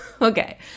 Okay